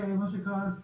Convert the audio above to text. של מה שנקרא,